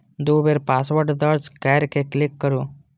दू बेर पासवर्ड दर्ज कैर के क्लिक करू